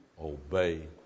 obey